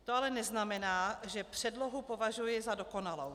To ale neznamená, že předlohu považuji za dokonalou.